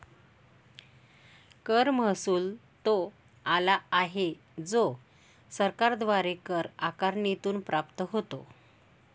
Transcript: कर महसुल तो आला आहे जो सरकारद्वारे कर आकारणीतून प्राप्त होतो